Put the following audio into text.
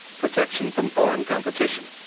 protection from foreign competition